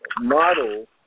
model